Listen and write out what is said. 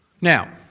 Now